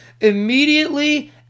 immediately